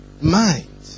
mind